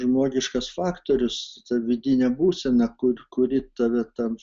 žmogiškas faktorius vidinė būsena kur kuri tave ten